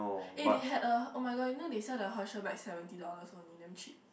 eh they had a [oh]-my-god you know they sell the Herschel bag seventy dollars only damn cheap